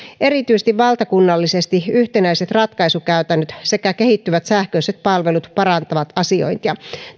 erityisesti valtakunnallisesti yhtenäiset ratkaisukäytännöt sekä kehittyvät sähköiset palvelut parantavat asiointia